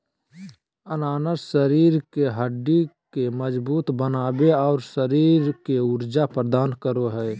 अनानास शरीर के हड्डि के मजबूत बनाबे, और शरीर के ऊर्जा प्रदान करो हइ